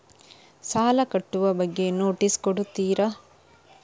ಸಾಲ ಕಟ್ಟುವ ಬಗ್ಗೆ ನೋಟಿಸ್ ಕೊಡುತ್ತೀರ?